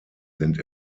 sind